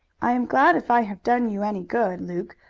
i am glad if i have done you any good, luke,